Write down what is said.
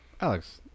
Alex